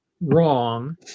wrong